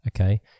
Okay